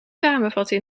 samenvatten